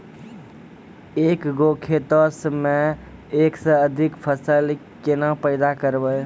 एक गो खेतो मे एक से अधिक फसल केना पैदा करबै?